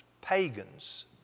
pagans